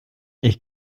ich